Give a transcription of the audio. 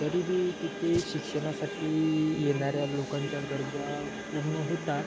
तरी बी तिथे शिक्षणासाठी येणाऱ्या लोकांच्या गरजा पूर्ण होतात